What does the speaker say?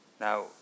Now